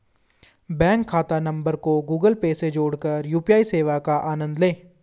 bank खाता number को Google Pay से जोड़कर यू.पी.आई सेवा का आनंद लें